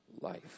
life